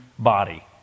Body